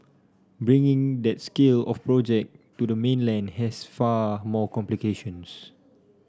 bringing that scale of project to the mainland has far more complications